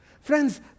Friends